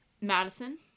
Madison